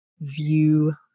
view